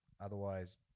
Otherwise